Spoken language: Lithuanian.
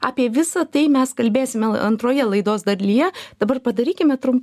apie visa tai mes kalbėsime antroje laidos dalyje dabar padarykime trump